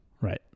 Right